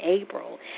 April